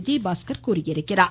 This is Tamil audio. விஜயபாஸ்கர் தெரிவித்துள்ளார்